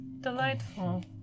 Delightful